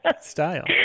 style